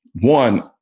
one